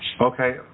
Okay